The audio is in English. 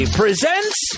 presents